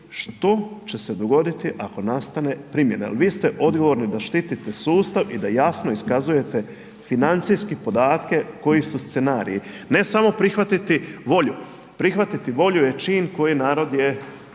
što će se dogoditi ako nastane primjena jel vi ste odgovorni da štitite sustav i da jasno iskazujete financijski podatke koji su scenariji, ne samo prihvatiti volju, prihvatiti volju je čin koji narod je